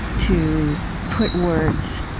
to put words,